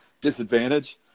disadvantage